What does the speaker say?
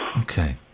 Okay